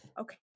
okay